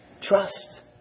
trust